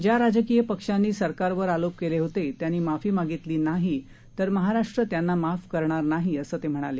ज्या राजकीय पक्षांनी सरकारवर आरोप केले होते त्यांनी माफी मागितली नाही तर महाराष्ट्र त्यांना माफ करणार नाही असं ते म्हणाले